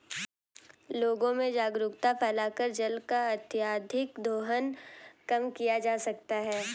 लोगों में जागरूकता फैलाकर जल का अत्यधिक दोहन कम किया जा सकता है